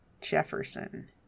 Jefferson